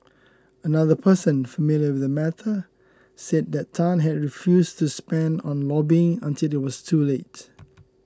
another person familiar with the matter said that Tan had refused to spend on lobbying until it was too late